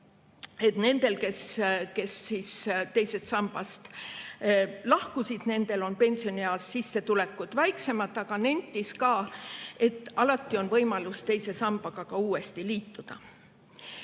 nendel, kes teisest sambast on lahkunud, on pensionieas sissetulekud väiksemad, aga nentis ka, et alati on võimalus teise sambaga uuesti liituda.